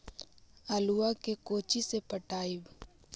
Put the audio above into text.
आलुआ के कोचि से पटाइए?